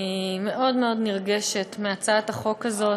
אני מאוד מאוד נרגשת מהצעת החוק הזאת.